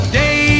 day